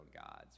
gods